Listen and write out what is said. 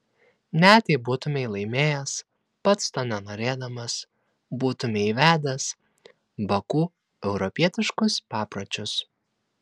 net jei būtumei laimėjęs pats to nenorėdamas būtumei įvedęs baku europietiškus papročius